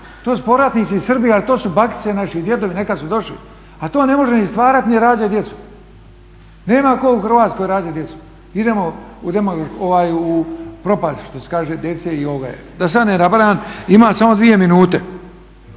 To su povratnici iz Srbije ali to su bakice naše i djedovi, neka su došli. A to ne može ni stvarati ni rađati djecu. Nema tko u Hrvatskoj rađati djecu. Idemo u propast što se kaže, da sad ne nabrajam jer imam samo dvije minute.